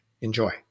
Enjoy